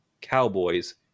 cowboys